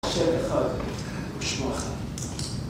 אשר אחד ושמו אחד